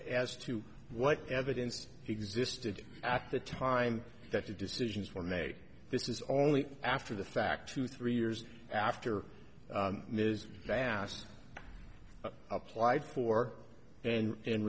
as to what evidence existed at the time that the decisions were made this is only after the fact two three years after ms vast applied for and